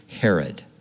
Herod